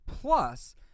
plus